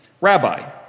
Rabbi